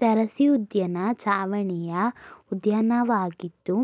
ತಾರಸಿಉದ್ಯಾನ ಚಾವಣಿಯ ಉದ್ಯಾನವಾಗಿದ್ದು